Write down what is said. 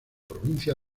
provincia